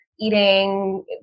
eating